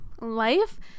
life